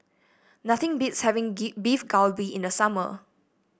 nothing beats having Beef Galbi in the summer